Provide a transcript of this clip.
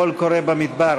קול קורא במדבר.